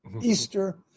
Easter